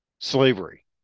slavery